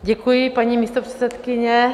Děkuji, paní místopředsedkyně.